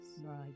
Right